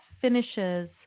finishes